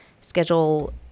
schedule